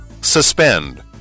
Suspend